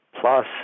plus